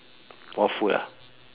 what food ah